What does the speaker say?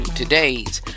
today's